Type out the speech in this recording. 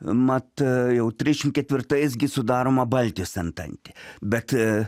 mat jau trisdešim ketvirtais gi sudaroma baltijos antantė bet